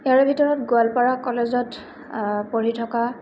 ইয়াৰে ভিতৰত গোৱালপাৰা কলেজত পঢ়ি থকা